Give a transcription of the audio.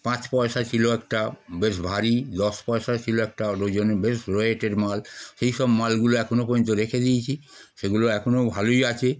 পাঁচ পয়সা ছিল একটা বেশ ভারী দশ পয়সা ছিল একটা আর ওই জন্য বেশ ওয়েটের মাল সেই সব মালগুলো এখনও পর্যন্ত রেখে দিয়েছি সেগুলো এখনও ভালোই আছে